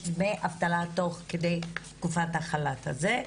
דמי אבטלה תוך כדי תקופת החל"ת הזה.